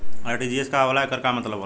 RTGS का होला एकर का मतलब होला?